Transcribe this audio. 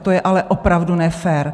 To je ale opravdu nefér.